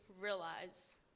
realize